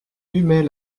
humait